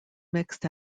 mixed